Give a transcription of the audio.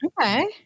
Okay